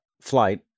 flight